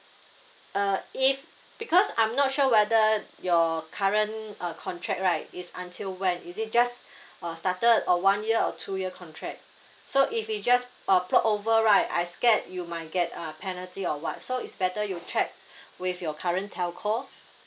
uh if because I'm not sure whether your current uh contract right is until when is it just uh started or one year or two year contract so if we just uh plot over right I scared you might get a penalty or what so it's better you checked with your current telco